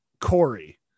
Corey